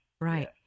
Right